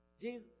Jesus